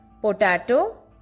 potato